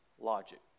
logic